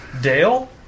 Dale